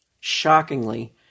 Shockingly